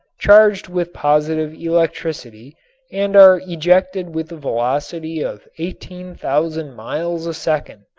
charged with positive electricity and are ejected with a velocity of eighteen thousand miles a second.